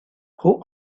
who